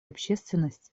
общественность